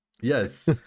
Yes